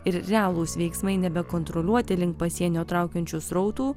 ir realūs veiksmai nebekontroliuoti link pasienio traukiančių srautų